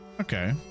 Okay